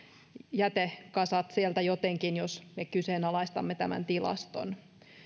jätekasat sieltä jotenkin jos me kyseenalaistemme tämän tilaston